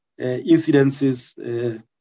incidences